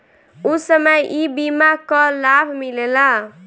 ऊ समय ई बीमा कअ लाभ मिलेला